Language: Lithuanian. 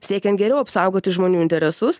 siekian geriau apsaugoti žmonių interesus